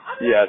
Yes